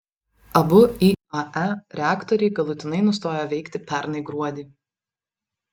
abu iae reaktoriai galutinai nustojo veikti pernai gruodį